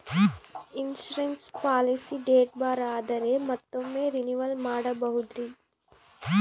Insurance policy date ಬಾರ್ ಆದರೆ ಮತ್ತೊಮ್ಮೆ ರಿನಿವಲ್ ಮಾಡಬಹುದ್ರಿ?